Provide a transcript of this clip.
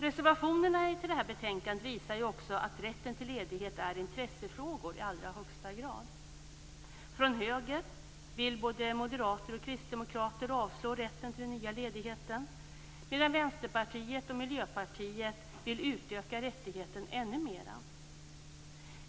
Reservationerna till betänkandet visar också att rätten till ledighet är intressefrågor i allra högsta grad. Från höger vill både moderater och kristdemokrater avslå rätten till den nya ledigheten, medan Vänsterpartiet och Miljöpartiet vill utöka rättigheten ännu mer.